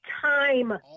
time